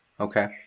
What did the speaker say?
okay